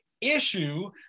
issue